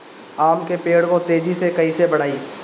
आम के पेड़ को तेजी से कईसे बढ़ाई?